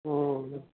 હમ્મ